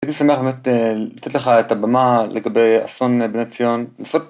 הייתי שמח באמת לתת לך את הבמה לגבי אסון בני ציון